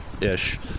ish